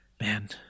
Man